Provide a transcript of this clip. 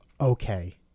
okay